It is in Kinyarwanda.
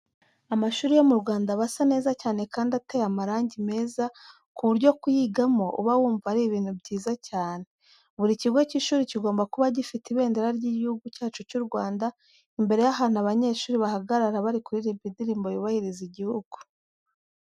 Amashuri yo mu Rwanda aba asa neza cyane kandi ateye amarangi meza ku buryo kuyigiramo uba wumva ari ibintu byiza cyane. Buri kigo cy'ishuri kigomba kuba gifite ibendera ry'Igihugu cyacu cy'u Rwanda imbere y'ahantu abanyeshuri bahagarara bari kuririmba indirimbo yubahiriza igihugu.